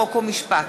חוק ומשפט.